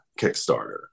Kickstarter